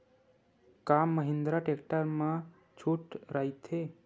का महिंद्रा टेक्टर मा छुट राइथे?